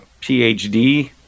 phd